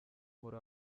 muri